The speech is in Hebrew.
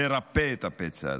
לרפא את הפצע הזה.